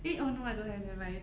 eh oh no I don't have never mind